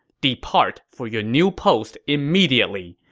depart for your new post immediately,